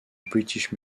british